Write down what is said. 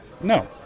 No